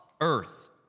earth